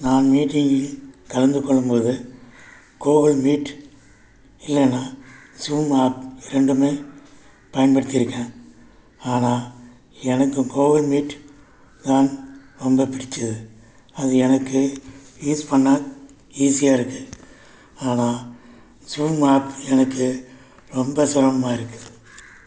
நான் மீட்டிங்கில் கலந்துக் கொள்ளும் போது கூகுள் மீட் இல்லைன்னா ஜூம் ஆப் இது ரெண்டுமே பயன்படுத்திருக்கேன் ஆனால் எனக்கு கூகுள் மீட் தான் ரொம்ப பிடிச்சது அது எனக்கு யூஸ் பண்ண ஈஸியாக இருக்குது ஆனால் ஜூம் ஆப் எனக்கு ரொம்ப சிரமம்மாக இருக்குது